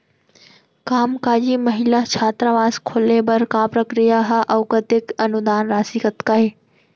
कामकाजी महिला छात्रावास खोले बर का प्रक्रिया ह अऊ कतेक अनुदान राशि कतका हे?